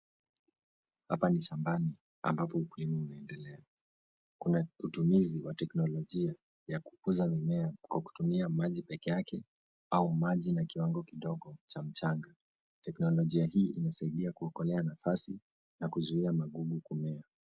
Hapa ni shambani ambapo ukulima unaendelea, kuna utumizi wa teknolojia ya kukuza mimea kwa kutumia maji pekee yake, au maji na kiwango kidogo cha mchanga. Teknolojia hii inasaidia kuokolea nafasi, na kuzuia magugu kumea.